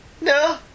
No